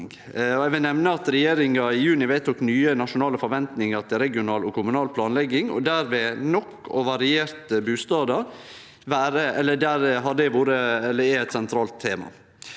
Eg vil nemne at regjeringa i juni vedtok nye nasjonale forventningar til regional og kommunal planlegging. Der er nok og varierte bustader eit sentralt tema.